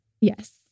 Yes